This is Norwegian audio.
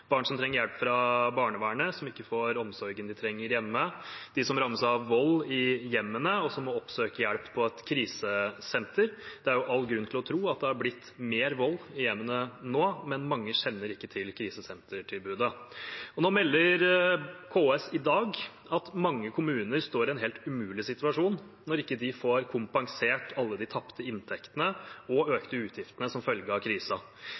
barn som trenger hjelp av barnevernet, som ikke får omsorgen de trenger, hjemme, de som rammes av vold i hjemmet, og som må oppsøke hjelp på et krisesenter. Det er jo all grunn til å tro at det er blitt mer vold i hjemmene nå, men mange kjenner ikke til krisesentertilbudet. Nå melder KS i dag at mange kommuner står i en helt umulig situasjon når de ikke får kompensert alle de tapte inntektene og de økte utgiftene som følge av